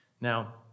Now